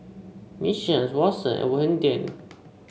Mission Watsons and Hang Ten